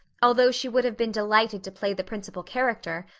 although she would have been delighted to play the principal character,